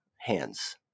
hands